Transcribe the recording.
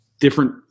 different